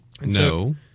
No